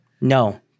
No